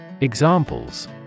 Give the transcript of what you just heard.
Examples